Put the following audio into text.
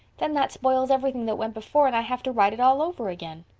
then that spoils everything that went before and i have to write it all over again.